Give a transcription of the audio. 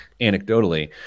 anecdotally